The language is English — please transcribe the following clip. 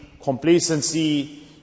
complacency